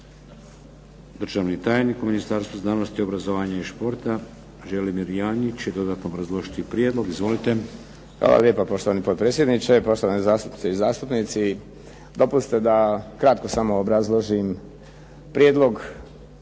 državni tajnik u Ministarstvu znanosti, obrazovanja i športa Želimir Janjić će dodatno obrazložiti prijedlog. Izvolite. **Janjić, Želimir (HSLS)** Hvala lijepa. Poštovani potpredsjedniče, poštovane zastupnice i zastupnici. Dopustite da kratko samo obrazložim prijedlog